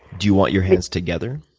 do you want your hands together?